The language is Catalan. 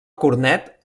cornet